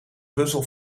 puzzel